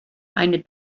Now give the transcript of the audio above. eine